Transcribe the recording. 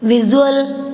visual